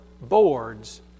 boards